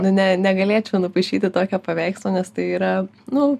nu ne negalėčiau nupaišyti tokio paveikslo nes tai yra nu